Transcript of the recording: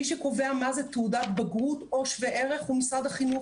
מי שקובע מה זאת תעודת בגרות או שווה ערך הוא משרד החינוך,